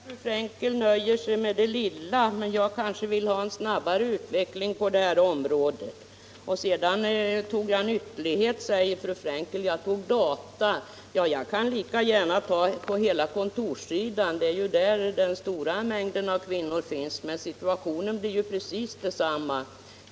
Herr talman! Jag hör att fru Frenkel nöjer sig med det lilla, men jag kanske vill ha en snabbare utveckling på detta område. Sedan tog jag en ytterlighet som exempel, säger fru Frenkel, nämligen arbete inom dataverksamheten. Ja, jag kan lika gärna ta hela kontorssidan, där ju den stora mängden av kvinnor finns. Situationen blir precis densamma.